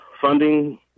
funding